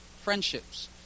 friendships